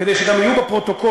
כדי שגם יהיו בפרוטוקול,